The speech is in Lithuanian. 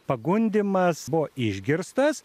pagundymas buvo išgirstas